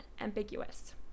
ambiguous